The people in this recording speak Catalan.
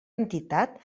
entitat